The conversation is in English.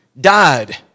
died